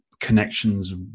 connections